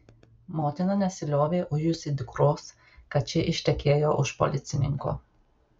motina nesiliovė ujusi dukros kad ši ištekėjo už policininko